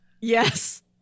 Yes